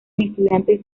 estudiantes